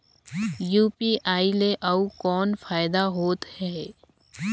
UPI ले अउ कौन फायदा होथ है?